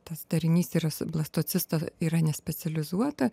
tas darinys yra blastocista yra nespecializuota